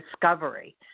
discovery